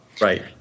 Right